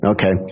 Okay